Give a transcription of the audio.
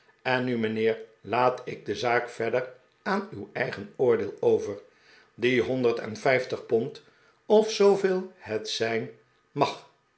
en nu mijnheer laat ik de zaak verder aan uw eigen oordeel over die honderd en vijftig pond of zooveel het zijn mag